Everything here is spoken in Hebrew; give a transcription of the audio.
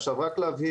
עכשיו רק להבהיר,